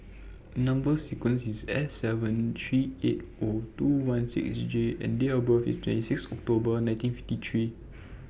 Number sequence IS S seven three eight O two one six J and Date of birth IS twenty six October nineteen fifty three